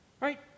right